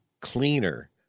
cleaner